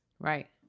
Right